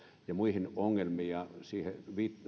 ja muihin ongelmiin siihen